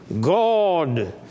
God